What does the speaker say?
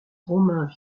romain